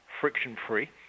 friction-free